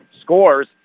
scores